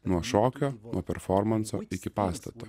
nuo šokio performanso iki pastato